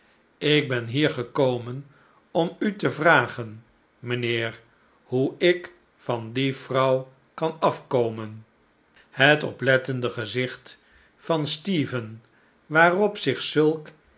ik ben hier gekomen om u te vragen mijnheer hoe ik van die vrouw kan afkomen het oplettende gezicht van stephen waarop zich zulk